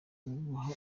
kubaha